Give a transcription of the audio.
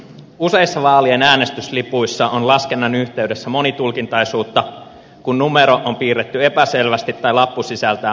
useissa vaalien äänestyslipuissa on laskennan yhteydessä monitulkintaisuutta kun numero on piirretty epäselvästi tai lappu sisältää muita merkintöjä